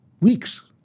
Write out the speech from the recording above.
weeks